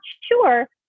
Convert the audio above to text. sure